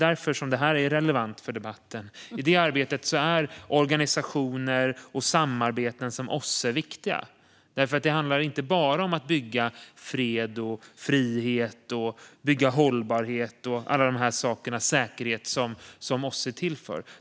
I detta arbete är organisationer och samarbeten som OSSE viktiga. Det handlar inte bara om att bygga fred, frihet, hållbarhet och säkerhet.